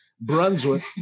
Brunswick